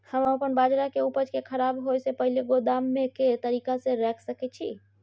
हम अपन बाजरा के उपज के खराब होय से पहिले गोदाम में के तरीका से रैख सके छी?